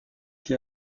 qui